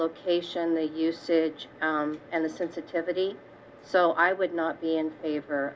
location the usage and the sensitivity so i would not be in favor